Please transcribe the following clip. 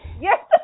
Yes